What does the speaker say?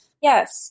Yes